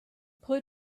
put